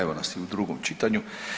Evo nas i u drugom čitanju.